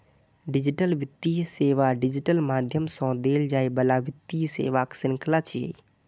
digital वित्तीय सेवा digital माध्यम सं देल जाइ बला वित्तीय सेवाक शृंखला छियै